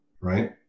right